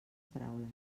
paraules